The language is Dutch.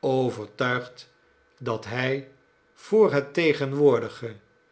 overtuigd dat hij voor net tegenwoordige